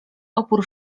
opór